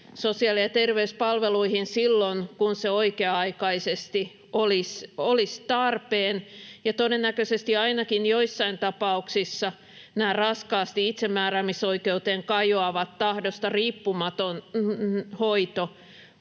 sosiaali- ja terveyspalveluihin silloin kun se oikea-aikaisesti olisi tarpeen. Todennäköisesti ainakin joissain tapauksissa tähän raskaasti itsemääräämisoikeuteen kajoavaan tahdosta riippumattomaan hoitoon